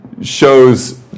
shows